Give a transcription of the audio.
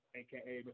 aka